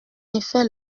effet